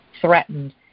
threatened